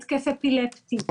התקף אפילפטי.